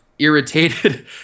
irritated